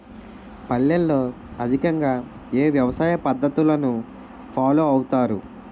పల్లెల్లో అధికంగా ఏ వ్యవసాయ పద్ధతులను ఫాలో అవతారు?